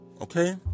okay